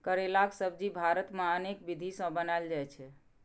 करैलाक सब्जी भारत मे अनेक विधि सं बनाएल जाइ छै